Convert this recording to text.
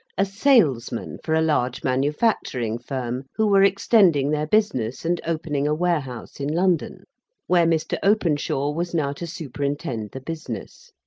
a salesman for a large manufacturing firm, who were extending their business, and opening a warehouse in london where mr. openshaw was now to superintend the business.